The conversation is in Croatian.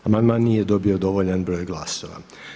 Amandman nije dobio dovoljan broj glasova.